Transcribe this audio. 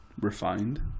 refined